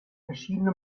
verschiedene